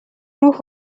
روح